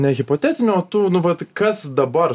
nehipotetinių o tų nu vat kas dabar